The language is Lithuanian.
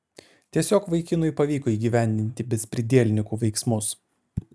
tiesiog vaikinui pavyko įgyvendinti bezpridielnikų veiksmus